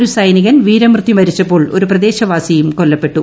ഒരു സൈനികൻ വീരമൃത്യു വരിച്ചപ്പോൾ ഒരു പ്രദേശവാസിയും കൊല്ലപ്പെട്ടു